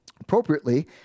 Appropriately